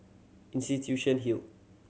Institution Hill